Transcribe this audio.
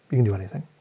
you can do anything.